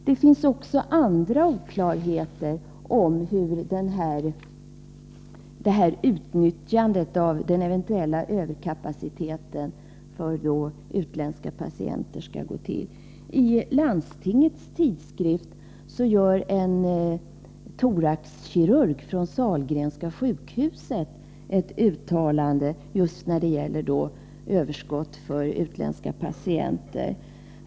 Det finns också andra oklarheter när det gäller hur det här utnyttjandet av den eventuella överkapaciteten genom vård av utländska patienter skall gå till. I landstingets tidskrift har en thoraxkirurg vid Sahlgrenska sjukhuset gjort ett uttalande just när det gäller planerna på att använda det här överskottet för utländska patienter.